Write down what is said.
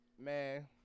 Man